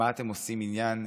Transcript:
מה אתם עושים עניין?